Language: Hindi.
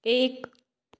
एक